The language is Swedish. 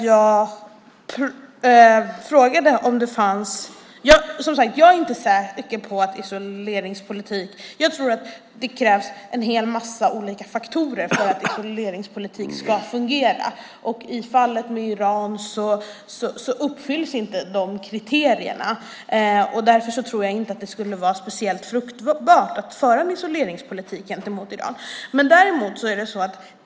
Jag tror att det krävs en mängd olika faktorer för att en isoleringspolitik ska fungera. I fallet med Iran uppfylls inte de kriterierna. Därför skulle det inte vara speciellt fruktbart att föra en isoleringspolitik gentemot Iran.